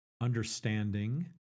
understanding